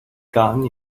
gun